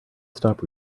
stop